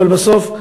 אבל בסוף,